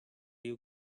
you